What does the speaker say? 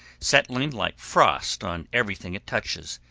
settling like frost on everything it touches,